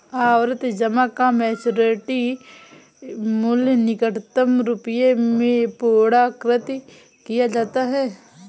आवर्ती जमा का मैच्योरिटी मूल्य निकटतम रुपये में पूर्णांकित किया जाता है